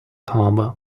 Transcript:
harbor